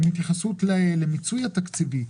התייחסות למיצוי התקציבי.